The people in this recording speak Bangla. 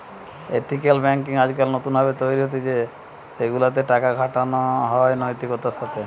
এথিকাল বেঙ্কিং আজকাল নতুন ভাবে তৈরী হতিছে সেগুলা তে টাকা খাটানো হয় নৈতিকতার সাথে